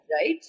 right